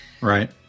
right